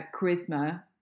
charisma